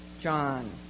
john